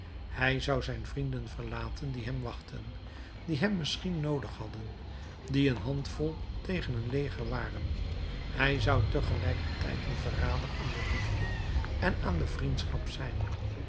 hij zou zijn vrienden verlaten die hem wachtten die hem misschien noodig hadden die een handvol tegen een leger waren hij zou tegelijkertijd een verrader aan de liefde en aan de vriendschap zijn